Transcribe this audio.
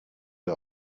der